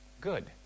Good